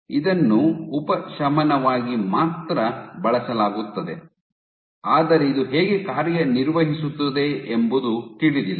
ಇದನ್ನು ಉಪಶಮನವಾಗಿ ಮಾತ್ರ ಬಳಸಲಾಗುತ್ತದೆ ಆದರೆ ಇದು ಹೇಗೆ ಕಾರ್ಯನಿರ್ವಹಿಸುತ್ತದೆ ಎಂಬುದು ತಿಳಿದಿಲ್ಲ